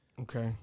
Okay